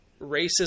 racism